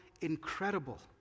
incredible